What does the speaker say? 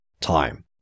time